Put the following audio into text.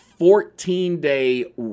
14-day